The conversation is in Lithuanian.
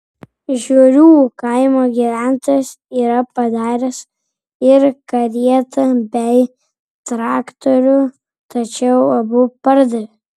žiurių kaimo gyventojas yra padaręs ir karietą bei traktorių tačiau abu pardavė